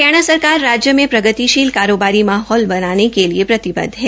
हरियाणा सरकार राज्य में प्रगतिशील कारोबारी माहौल बनाने के लिए प्रतिबदध है